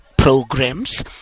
programs